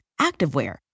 activewear